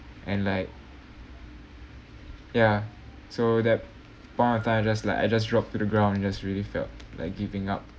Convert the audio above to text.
and like ya so that point of time I just like I just dropped to the ground and just really felt like giving up